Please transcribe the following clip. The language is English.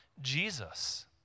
Jesus